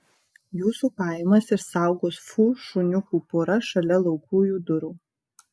jūsų pajamas išsaugos fu šuniukų pora šalia laukujų durų